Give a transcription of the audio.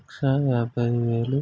లక్షా యాభై వేలు